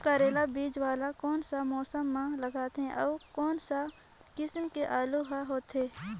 करेला बीजा वाला कोन सा मौसम म लगथे अउ कोन सा किसम के आलू हर होथे?